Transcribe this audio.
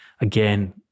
Again